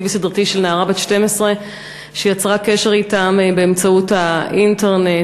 וסדרתי של נערה בת 12 שיצרה קשר אתם באמצעות האינטרנט.